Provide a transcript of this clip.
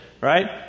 Right